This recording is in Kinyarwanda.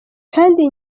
kandi